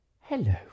Hello